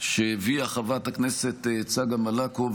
שהביאה חברת הכנסת צגה מלקו,